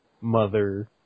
mother